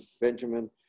Benjamin